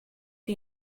the